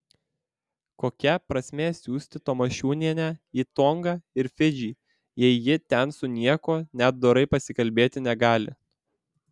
kokia prasmė siųsti tamašunienę į tongą ir fidžį jei ji ten su niekuo net dorai pasikalbėti negali